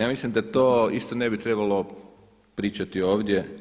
ja mislim da to isto ne bi trebalo pričati ovdje.